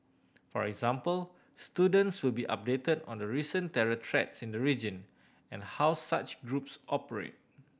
for example students will be updated on the recent terror threats in the region and how such groups operate